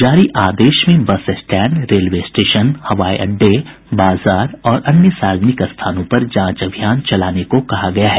जारी आदेश में बस स्टैंड रेलवे स्टेशन हवाई अड्डे बाजार और अन्य सार्वजनिक स्थानों पर जांच अभियान चलाने को कहा गया है